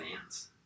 fans